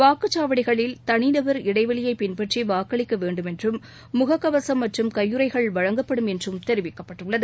வாக்குச்சாவடிகளில் தனிநபர் இடைவெளியை பின்பற்றி வாக்களிக்க வேண்டும் என்றும் முகக்கவசம் மற்றும் கையுறைகள் வழங்கப்படும் என்றும் தெரிவிக்கப்பட்டுள்ளது